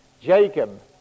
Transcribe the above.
Jacob